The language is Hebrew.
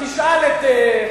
תשאל את,